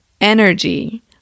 energy